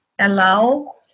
allow